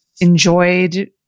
enjoyed